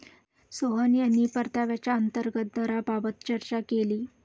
सोहन यांनी परताव्याच्या अंतर्गत दराबाबत चर्चा केली